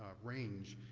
ah range,